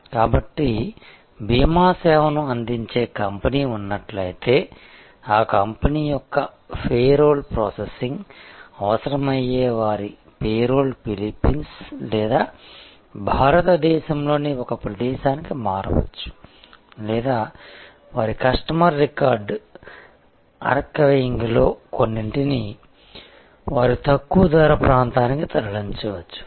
కాబట్టి బీమా సేవను అందించే కంపెనీ ఉన్నట్లయితే ఆ కంపెనీ యొక్క పేరోల్ ప్రాసెసింగ్ అవసరమయ్యే వారి పేరోల్ ఫిలిప్పీన్స్ లేదా భారతదేశంలోని ఒక ప్రదేశానికి మారవచ్చు లేదా వారి కస్టమర్ రికార్డు ఆర్కైవింగ్లో కొన్నింటిని వారి తక్కువ ధర ప్రాంతానికి తరలించవచ్చు